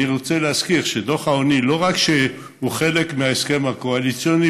אני רוצה להזכיר שדוח העוני הוא לא רק חלק מההסכם הקואליציוני